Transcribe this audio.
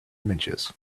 images